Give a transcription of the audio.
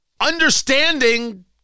Understanding